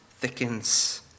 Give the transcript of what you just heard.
thickens